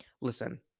Listen